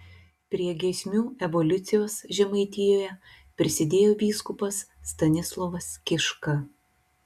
prie giesmių evoliucijos žemaitijoje prisidėjo vyskupas stanislovas kiška